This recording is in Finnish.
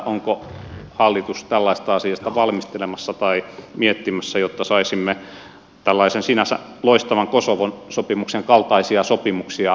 onko hallitus tällaista asiaa valmistelemassa tai miettimässä jotta saisimme tällaisen sinänsä loistavan kosovon sopimuksen kaltaisia sopimuksia hieman laajemminkin